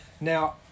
Now